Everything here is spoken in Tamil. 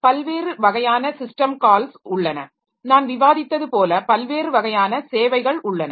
பல்வேறு வகையான சிஸ்டம் கால்ஸ் உள்ளன நான் விவாதித்தபோல பல்வேறு வகையான சேவைகள் உள்ளன